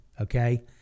okay